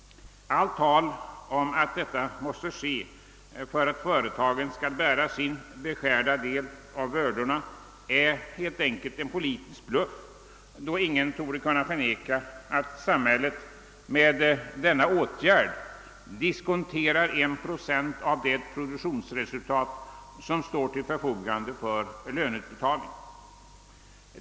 Allt tal om att skatten måste till för att företagen skall bära sin beskärda del av bördorna är helt enkelt en politisk bluff, då ingen torde kunna förneka att samhället genom denna åtgärd diskonterar 1 procent av det produktionsresultat som står till förfogande för löneuttag.